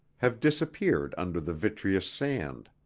have disappeared under the vitreous sand.